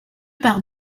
pars